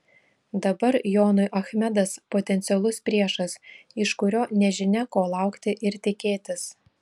dabar jonui achmedas potencialus priešas iš kurio nežinia ko laukti ir tikėtis